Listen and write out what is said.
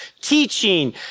teaching